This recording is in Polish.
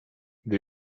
gdy